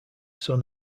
son